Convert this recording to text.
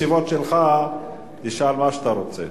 כשאתה מנהל את הישיבות שלך תשאל מה שאתה רוצה.